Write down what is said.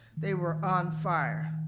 they were on fire.